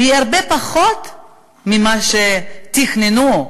שהיא הרבה פחות ממה שתכננו,